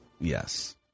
Yes